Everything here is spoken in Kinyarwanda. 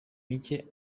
mike